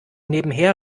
nebenher